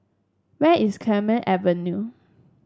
where is Clemenceau Avenue